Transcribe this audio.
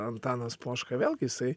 antanas poška vėlgi jisai